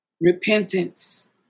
Repentance